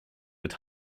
mit